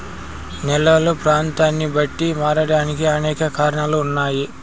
నేలలు ప్రాంతాన్ని బట్టి మారడానికి అనేక కారణాలు ఉన్నాయి